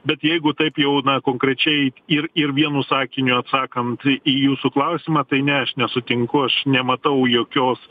bet jeigu taip jau na konkrečiai ir ir vienu sakiniu atsakant į jūsų klausimą tai ne aš nesutinku aš nematau jokios